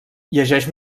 llegeix